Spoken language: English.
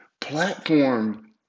platform